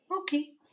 okay